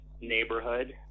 neighborhood